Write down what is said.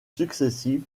successives